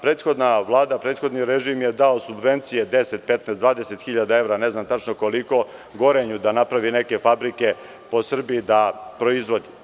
Prethodna Vlada, prethodni režim je dao subvencije 10, 15, 20 hiljada evra, ne znam tačno koliko, „Gorenju“ da napravi neke fabrike po Srbiji da proizvodi.